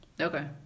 Okay